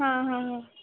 हां हां हां